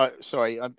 sorry